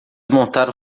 montaram